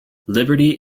liberty